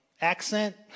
accent